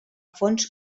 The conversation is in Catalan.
fons